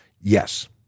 Yes